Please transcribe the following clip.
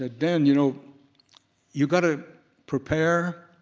ah dan, you know you gotta prepare,